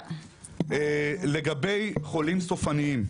לגבי חולים סופניים.